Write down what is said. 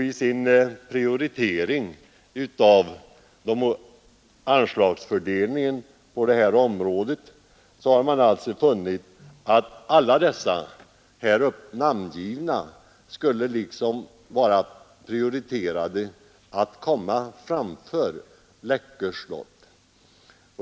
I sin prioritering av anslagsfördelningen på detta område har byggnadsstyrelsen alltså funnit att alla dessa här namngivna byggnadsminnen skulle vara prioriterade att komma framför Läckö slott.